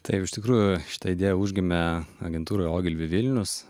taip iš tikrųjų šita užgimė agentūra o vilnius